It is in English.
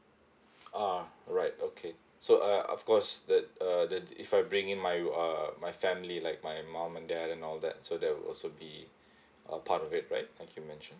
ah alright okay so uh of course that uh that if I bring in my uh my family like my mom and dad and all that so that will also be a part of it right like you mentioned